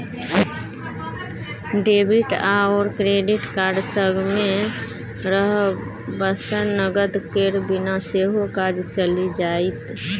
debit आओर credit card संगमे रहबासँ नगद केर बिना सेहो काज चलि जाएत